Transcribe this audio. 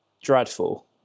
dreadful